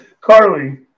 Carly